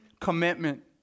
commitment